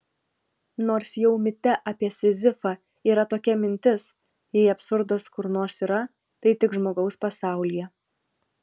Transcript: nors jau mite apie sizifą yra tokia mintis jei absurdas kur nors yra tai tik žmogaus pasaulyje